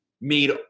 made